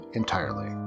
entirely